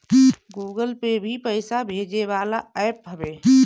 Google Pay भी पईसा भेजे वाला एप्प हवे